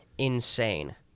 insane